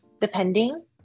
depending